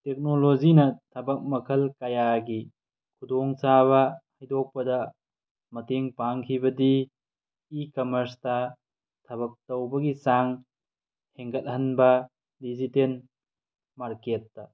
ꯇꯦꯛꯅꯣꯂꯣꯖꯤꯅ ꯊꯕꯛ ꯃꯈꯜ ꯀꯌꯥꯒꯤ ꯈꯨꯗꯣꯡ ꯆꯥꯕ ꯍꯥꯏꯗꯣꯛꯄꯗ ꯃꯇꯦꯡ ꯄꯥꯡꯈꯤꯕꯗꯤ ꯏ ꯀꯃ꯭ꯔꯁꯇ ꯊꯕꯛ ꯇꯧꯕꯒꯤ ꯆꯥꯡ ꯍꯦꯟꯒꯠꯍꯟꯕ ꯗꯤꯖꯤꯇꯦꯟ ꯃꯥꯔꯀꯦꯠꯇ